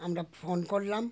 আমরা ফোন করলাম